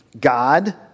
God